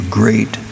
great